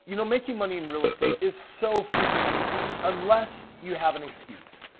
you know, making money in real estate is so freaking easy. unless you have an excuse.